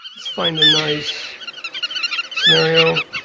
let's find a nice scenario.